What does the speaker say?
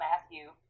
Matthew